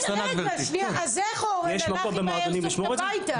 רגע, שנייה, אז איך אורן הלך עם האיירסופט הביתה?